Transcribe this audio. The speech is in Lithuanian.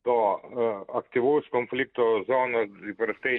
to aktyvaus konflikto zonos įprastai